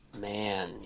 Man